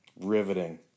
Riveting